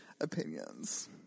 opinions